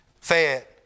fed